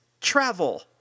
travel